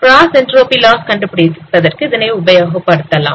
cross entropy loss கண்டுபிடிப்பதற்கு இதனை உபயோகப்படுத்தலாம்